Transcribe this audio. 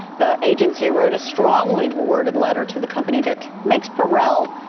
the agency wrote a strongly worded letter to the company that makes per l.